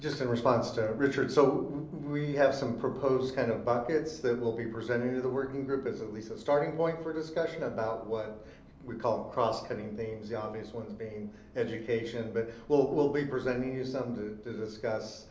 just in response to richard. so, we have some proposed kind of buckets that we'll be presenting to the working group as at least a starting point for discussion about what we call cross-cutting themes. the obvious ones being education, but we'll we'll be presenting you some to to discuss